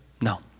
No